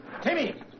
Timmy